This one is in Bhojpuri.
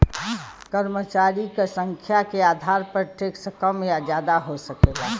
कर्मचारी क संख्या के आधार पर टैक्स कम या जादा हो सकला